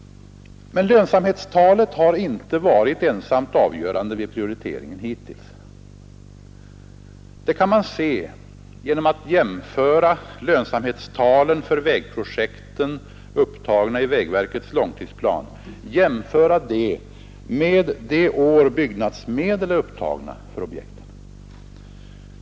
Men lönsamhetstalet har inte varit ensamt avgörande vid prioriteringen hittills. Det kan man se genom att jämföra lönsamhetstalen för vägprojekten, upptagna i vägverkets långtidsplan, med de år byggnadsmedel är upptagna för objekten.